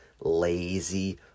lazy